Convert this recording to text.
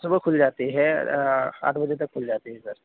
صُبح كُھل جاتی ہے آٹھ بجے تک كُھل جاتی ہے سر